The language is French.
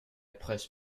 presse